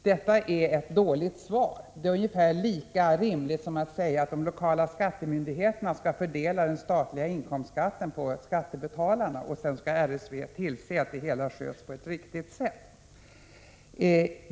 Detta är ett dåligt svar — det är ungefär lika rimligt som att säga att de lokala skattemyndigheterna skall fördela den statliga inkomstskatten på skattebetalarna och att riksskatteverket sedan skall tillse att det hela sköts på ett riktigt sätt.